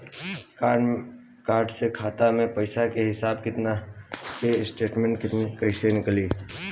Card से खाता के पइसा के हिसाब किताब के स्टेटमेंट निकल सकेलऽ?